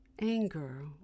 Anger